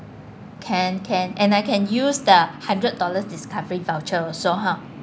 can can and I can use the hundred dollars discovery voucher also ha